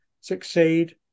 succeed